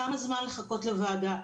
כמה זמן לחכות לוועדה?